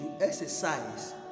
exercise